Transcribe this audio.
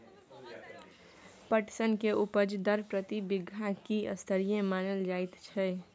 पटसन के उपज दर प्रति बीघा की स्तरीय मानल जायत छै?